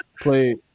play